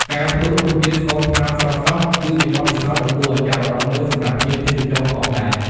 ការភ្លក់រសជាតិស្ករត្នោតស្រស់ៗ គឺជាបទពិសោធន៍ដ៏គួរឲ្យចាប់អារម្មណ៍មួយសម្រាប់ភ្ញៀវទេសចរផងដែរ។